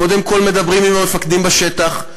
קודם כול מדברים עם המפקדים בשטח,